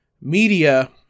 media